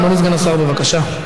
אדוני סגן השר, בבקשה.